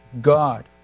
God